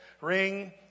ring